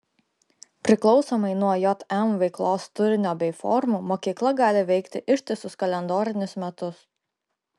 priklausomai nuo jm veiklos turinio bei formų mokykla gali veikti ištisus kalendorinius metus